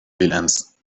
بالأمس